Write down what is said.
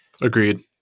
Agreed